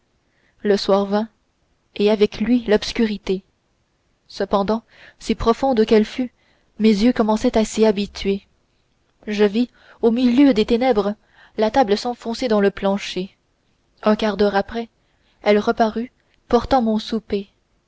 le soir vint et avec lui l'obscurité cependant si profonde qu'elle fût mes yeux commençaient à s'y habituer je vis au milieu des ténèbres la table s'enfoncer dans le plancher un quart d'heure après elle reparut portant mon souper